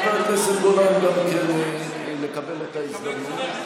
גם לחבר הכנסת גולן לקבל את ההזדמנות,